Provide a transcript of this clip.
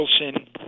Wilson